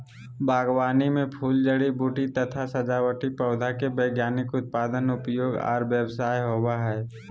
बागवानी मे फूल, जड़ी बूटी तथा सजावटी पौधा के वैज्ञानिक उत्पादन, उपयोग आर व्यवसाय होवई हई